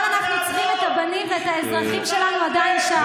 אבל אנחנו צריכים את הבנים ואת האזרחים שלנו עדיין שם.